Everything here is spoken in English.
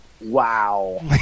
Wow